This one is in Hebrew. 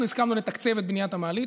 אנחנו הסכמנו לתקצב את בניית המעלית,